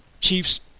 Chiefs